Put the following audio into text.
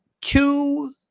two